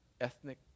ethnic